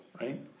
right